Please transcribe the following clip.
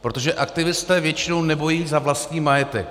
Protože aktivisté většinou nebojují za vlastní majetek.